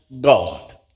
God